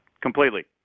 Completely